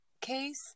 case